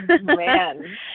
Man